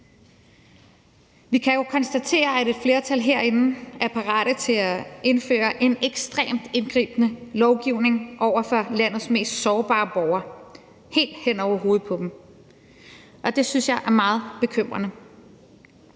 Vi kan jo konstatere, at et flertal herinde er parate til at indføre en ekstremt indgribende lovgivning over for landets mest sårbare borgere helt hen over hovedet på dem, og det synes jeg er meget bekymrende.